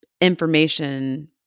information